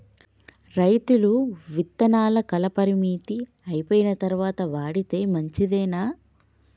రైతులు విత్తనాల కాలపరిమితి అయిపోయిన తరువాత వాడితే మంచిదేనా?